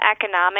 economic